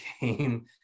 game